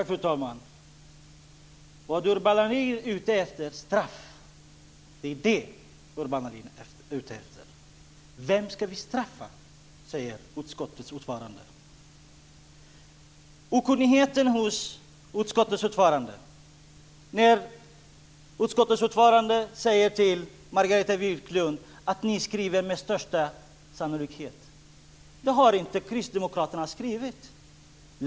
Fru talman! Urban Ahlin är ute efter straff. Vem ska vi straffa? säger utskottets ordförande. Utskottets ordförande visar stor okunnighet när han säger till Margareta Viklund att Kristdemokraterna skriver "med största sannolikhet". Det har inte Kristdemokraterna skrivit.